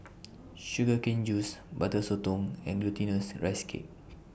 Sugar Cane Juice Butter Sotong and Glutinous Rice Cake